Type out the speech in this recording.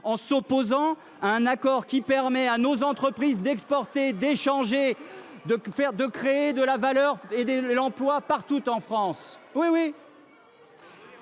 en s’opposant à un accord qui permet à nos entreprises d’exporter, d’échanger, de créer de la valeur et de l’emploi partout en France.